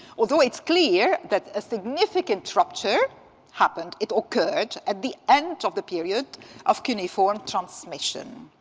although it's clear that a significant rupture happened, it occurred at the end of the period of cuneiform transmission.